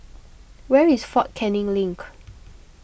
where is fort Canning Link